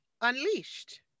unleashed